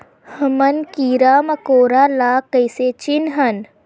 हमन कीरा मकोरा ला कइसे चिन्हन?